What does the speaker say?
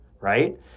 right